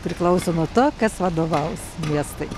priklauso nuo to kas vadovaus miestui